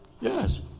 yes